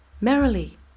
Merrily